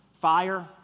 fire